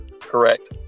Correct